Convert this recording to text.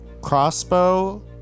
Crossbow